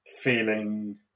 feeling